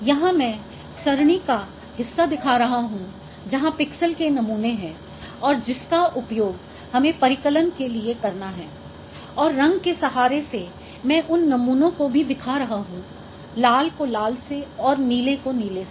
यहाँ मैं सरणी का हिस्सा दिखा रहा हूँ जहां पिक्सेल के नमूने हैं और जिसका उपयोग हमें परिकलन के लिए करना है और रंग के सहारे से मैं उन नमूनों को भी दिखा रहा हूं लाल को लाल से और नीले को नीले से